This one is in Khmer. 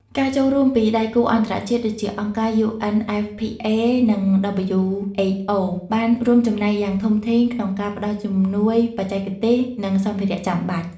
ការចូលរួមពីដៃគូអន្តរជាតិដូចជា អង្គការ UNFPA និង WHO បានរួមចំណែកយ៉ាងធំធេងក្នុងការផ្តល់ជំនួយបច្ចេកទេស និងសម្ភារៈចាំបាច់។